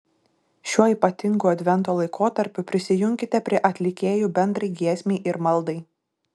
šiuo ypatingu advento laikotarpiu prisijunkite prie atlikėjų bendrai giesmei ir maldai